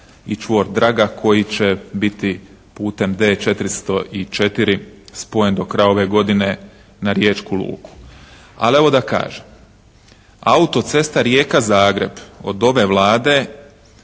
i čvor Draga koji će biti putem D404 spojen do kraja ove godine na Riječku luku. Ali evo da kažem. Auto-cesta Rijeka-Zagreb od ove Vlade